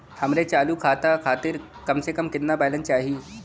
हमरे चालू खाता खातिर कम से कम केतना बैलैंस चाही?